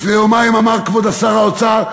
לפני יומיים אמר כבוד שר האוצר,